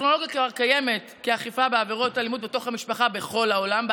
הטכנולוגיה כבר קיימת באכיפת עבירות אלימות בתוך המשפחה בכל העולם,